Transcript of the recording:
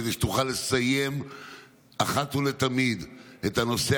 כדי שתוכל לסיים אחת ולתמיד את הנושא